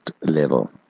level